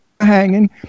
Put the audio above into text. hanging